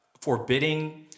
forbidding